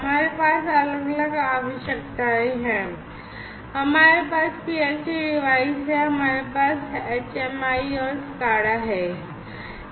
हमारे पास अलग अलग आवश्यकताएं हैं हमारे पास पीएलसी डिवाइस हैं हमारे पास एचएमआई और स्काडा हैं